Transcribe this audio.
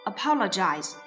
Apologize